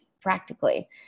Practically